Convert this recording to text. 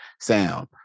sound